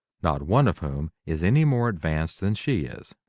not one of whom is any more advanced than she is.